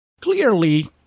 clearly